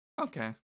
Okay